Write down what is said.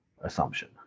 assumption